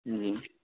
جی